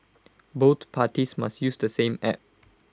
both parties must use the same app